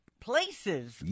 places